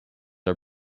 are